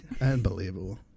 unbelievable